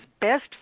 Best